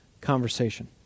conversation